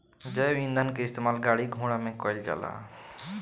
जैव ईंधन के इस्तेमाल गाड़ी घोड़ा में कईल जाला